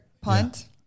Punt